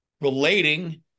relating